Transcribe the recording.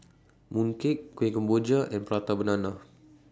Mooncake Kueh Kemboja and Prata Banana